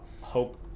hope